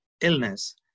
illness